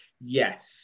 Yes